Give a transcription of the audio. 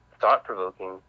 thought-provoking